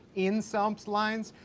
in sumps lines,